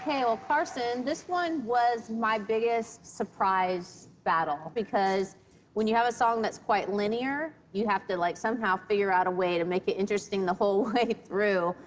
well, carson, this one was my biggest surprise battle, because when you have a song that's quite linear, you have to, like, somehow figure out a way to make it interesting the whole way through.